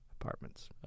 apartments